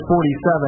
47